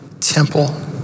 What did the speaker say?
temple